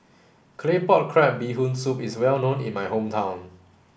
Claypot Crab Bee Hoon Soup is well known in my hometown